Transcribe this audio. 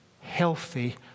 healthy